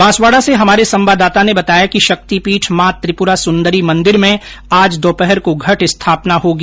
बांसवाडा से हमारे संवाददाता ने बताया कि शक्तिपीठ मां त्रिपुरा सुंदरी मंदिर में आज दोपहर को घट स्थापना होगी